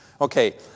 Okay